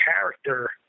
character